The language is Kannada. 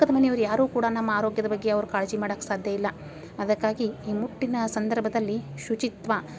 ಪಕ್ಕದ ಮನೆಯವ್ರ್ ಯಾರೂ ಕೂಡ ನಮ್ಮ ಆರೋಗ್ಯದ ಬಗ್ಗೆ ಅವ್ರು ಕಾಳಜಿ ಮಾಡೋಕ್ ಸಾಧ್ಯ ಇಲ್ಲ ಅದಕ್ಕಾಗಿ ಈ ಮುಟ್ಟಿನ ಸಂದರ್ಭದಲ್ಲಿ ಶುಚಿತ್ವ